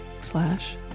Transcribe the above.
slash